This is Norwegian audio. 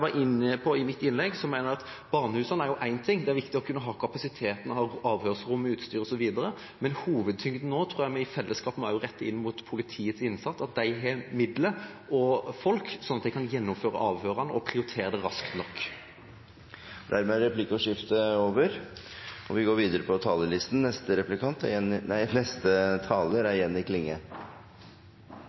var inne på i mitt innlegg: Barnehusene er jo én ting, men det er også viktig å ha kapasitet – avhørsrom, utstyr osv. Hovedtyngden tror jeg vi nå må rette inn mot politiets innsats, slik at de har midler og folk og kan gjennomføre avhørene og prioritere det raskt nok. Replikkordskiftet er over. Vi som arbeider med politikk frå vår plass i justiskomiteen her på